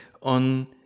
on